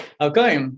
Okay